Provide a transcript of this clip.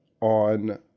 on